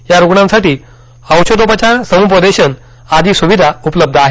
या रुग्णांसाठी औषधोपचार सम्पदेशन आदि स्विधा उपलब्ध आहेत